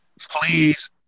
Please